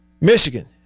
Michigan